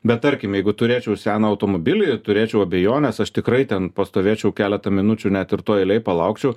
bet tarkim jeigu turėčiau seną automobilį ir turėčiau abejones aš tikrai ten pastovėčiau keletą minučių net ir toj eilėj palaukčiau